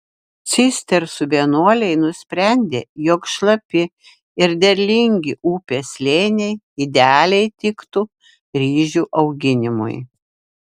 cistersų vienuoliai nusprendė jog šlapi ir derlingi upės slėniai idealiai tiktų ryžių auginimui